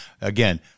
Again